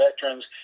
veterans